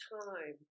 time